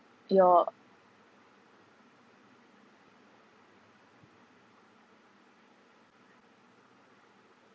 your